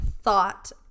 thought